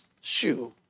shoe